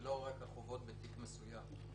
ולא רק החובות בתיק מסוים.